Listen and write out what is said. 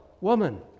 woman